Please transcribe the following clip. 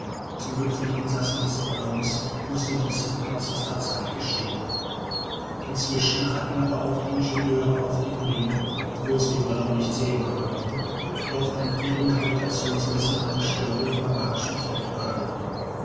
zum glück für die insassen des ballons mußte dies in kürzester zeit geschehen inzwischen hatten aber auch die ingenieure auf dem ring obwohl sie den ballon nicht sehen konnten doch an ihren gravitationsmessern eine störung im abarischen felde wahrgenommen